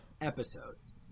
episodes